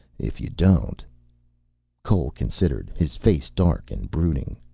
if you don't cole considered, his face dark and brooding.